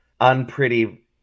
unpretty